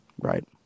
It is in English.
Right